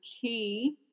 key